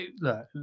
look